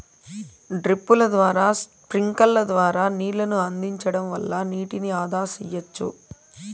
డ్రిప్పుల ద్వారా స్ప్రింక్లర్ల ద్వారా నీళ్ళను అందించడం వల్ల నీటిని ఆదా సెయ్యచ్చు